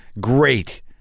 great